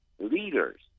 leaders